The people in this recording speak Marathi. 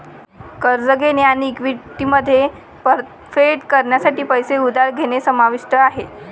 कर्ज घेणे आणि इक्विटीमध्ये परतफेड करण्यासाठी पैसे उधार घेणे समाविष्ट आहे